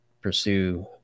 pursue